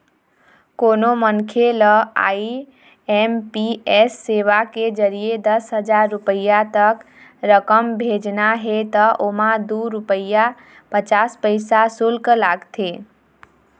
कोनो मनखे ल आई.एम.पी.एस सेवा के जरिए दस हजार रूपिया तक रकम भेजना हे त ओमा दू रूपिया पचास पइसा सुल्क लागथे